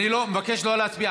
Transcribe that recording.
אני מבקש לא להצביע,